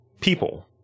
People